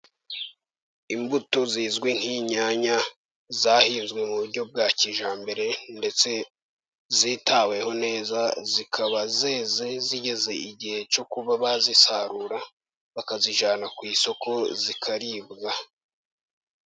Imbuto zizwi nk'inyanya, zahinzwe mu buryo bwa kijyambere ndetse zitaweho neza, zikaba zeze zigeze igihe cyo kuba bazisarura, bakazijyana ku isoko zikaribwa.